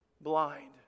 Blind